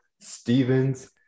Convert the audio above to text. Stevens